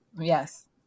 Yes